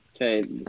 Okay